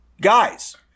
guys